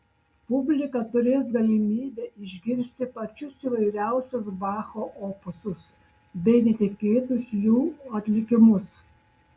publika turės galimybę išgirsti pačius įvairiausius bacho opusus bei netikėtus jų atlikimus